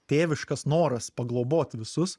tėviškas noras paglobot visus